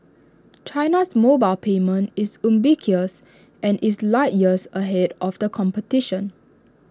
China's mobile payment is ubiquitous and is light years ahead of the competition